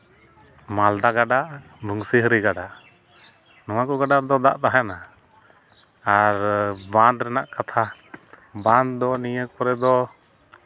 ᱢᱟᱞᱫᱟ ᱜᱟᱰᱟ ᱵᱚᱝᱥᱤᱦᱟᱨᱤ ᱜᱟᱰᱟ ᱱᱚᱣᱟ ᱠᱚ ᱜᱟᱰᱟ ᱨᱮᱫᱚ ᱫᱟᱜ ᱛᱟᱦᱮᱱᱟ ᱟᱨ ᱵᱟᱸᱫᱷ ᱨᱮᱱᱟᱜ ᱠᱟᱛᱷᱟ ᱵᱟᱸᱫᱷ ᱫᱚ ᱱᱤᱭᱟᱹ ᱠᱚᱨᱮ ᱫᱚ